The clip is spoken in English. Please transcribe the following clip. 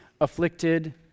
afflicted